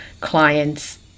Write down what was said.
clients